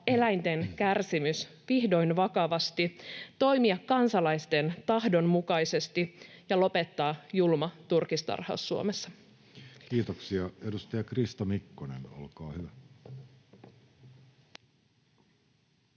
eläinten kärsimys vihdoin vakavasti, toimia kansalaisten tahdon mukaisesti ja lopettaa julma turkistarhaus Suomessa. [Speech 112] Speaker: Jussi